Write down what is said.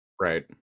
Right